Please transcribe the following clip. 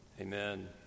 amen